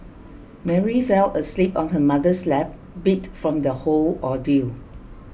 Mary fell asleep on her mother's lap beat from the whole ordeal